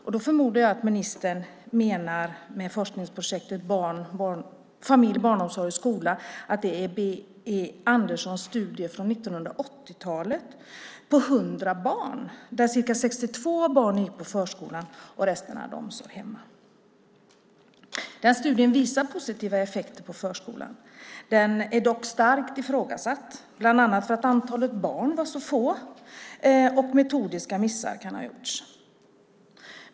Jag förmodar att ministern menar B.-E. Anderssons studie från 1980-talet som omfattar 100 barn, där ca 62 av barnen gick i förskolan och resten hade omsorg hemma. Den studien visar positiva effekter av förskolan. Den är dock starkt ifrågasatt, bland annat för att antalet barn var så litet, och metodiska missar kan ha gjorts.